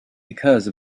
because